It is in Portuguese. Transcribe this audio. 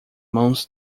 mãos